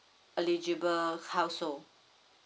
eligible household